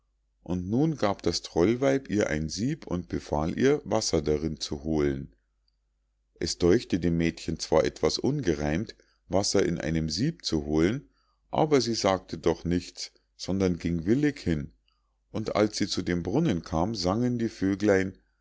und nun gab das trollweib ihr ein sieb und befahl ihr wasser darin zu holen es däuchte dem mädchen zwar etwas ungereimt wasser in einem sieb zu holen aber sie sagte doch nichts sondern ging willig hin und als sie zu dem brunnen kam sangen die vöglein